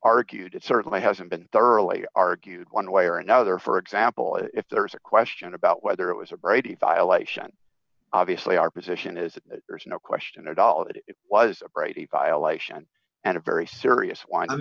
argued it certainly hasn't been thoroughly argued one way or another for example if there's a question about whether it was a brady violation obviously our position is that there's no question at all it was right a violation and a very serious why i'm